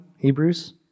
Hebrews